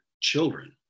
children